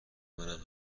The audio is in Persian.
منم